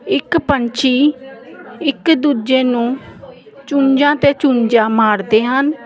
ਇੱਕ ਪੰਛੀ ਇੱਕ ਦੂਜੇ ਨੂੰ ਚੁੰਝਾਂ ਤੇ ਚੁੰਝਾਂ ਮਾਰਦੇ ਹਨ